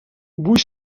vull